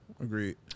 agreed